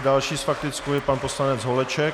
Další s faktickou je pan poslanec Holeček.